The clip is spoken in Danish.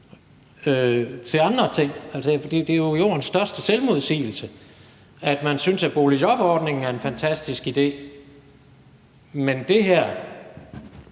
til andre ting. Altså, det er jo jordens største selvmodsigelse, at man synes, at boligjobordningen er en fantastisk idé, men at det her